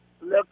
Look